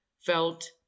felt